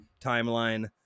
timeline